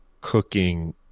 cooking